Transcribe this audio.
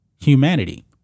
humanity